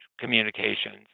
Communications